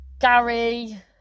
Gary